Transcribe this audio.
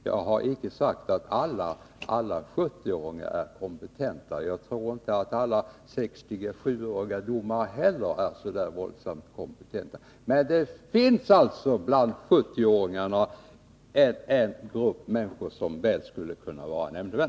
Jag har icke sagt att alla 70-åringar är kompetenta som nämndemän. Jag tror inte heller att alla 67-åriga yrkesdomare är så där kolossalt kompetenta. Men det finns bland 70-åringarna en grupp människor som mycket väl skulle kunna vara nämndemän.